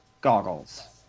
goggles